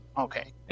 Okay